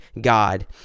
God